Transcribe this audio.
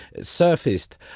surfaced